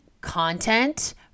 content